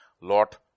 Lot